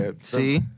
see